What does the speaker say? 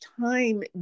time